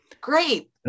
Great